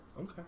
Okay